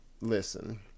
listen